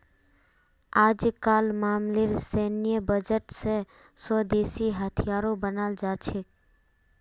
अजकामलेर सैन्य बजट स स्वदेशी हथियारो बनाल जा छेक